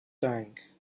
tank